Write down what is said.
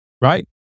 Right